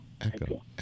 echo